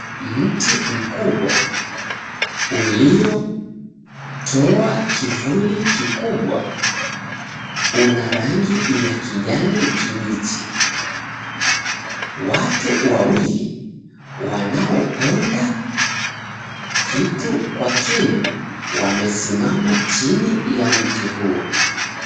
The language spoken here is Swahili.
Mti mkubwa uliotoa kivuli kikubwa una rangi ya kijani kibichi. Watu wawili wanaoponda kitu kwa kinu wamesimama chini ya mti huo.